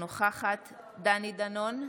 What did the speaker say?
אינה נוכחת דני דנון,